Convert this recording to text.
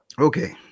Okay